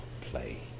play